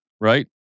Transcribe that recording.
right